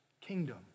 kingdom